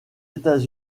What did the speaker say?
états